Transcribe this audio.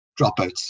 dropouts